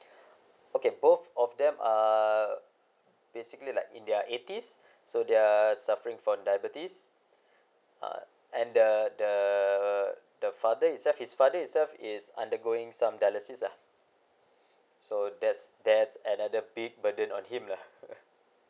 okay both of them are basically like in their eighties so they're suffering for diabetes uh and the the the father himself his father himself is undergoing some dialysis ah so that's that's another big burden on him lah